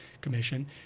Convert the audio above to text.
Commission